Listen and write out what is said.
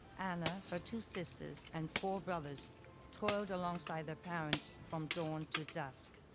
anna, her two sisters, and four brothers toiled alongside their parents from dawn to dusk.